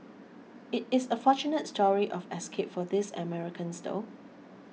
it is a fortunate story of escape for these Americans though